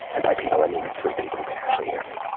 and by people, i mean three people can actually hear me.